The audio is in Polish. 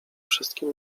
wszystkim